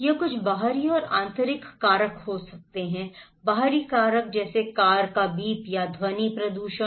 यह कुछ बाहरी और आंतरिक कारक हो सकते हैं बाहरी कारक जैसे कार का बीप या ध्वनि प्रदूषण